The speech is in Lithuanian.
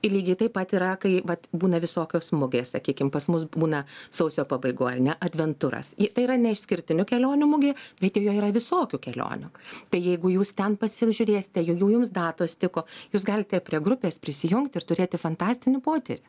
ir lygiai taip pat yra kai vat būna visokios mugės sakykim pas mus būna sausio pabaigoj ane adventuras ji tai yra ne išskirtinių kelionių mugė bet joje yra visokių kelionių tai jeigu jūs ten pasižiūrėsite jau jums datos tiko jūs galite prie grupės prisijungt ir turėti fantastinį potyrį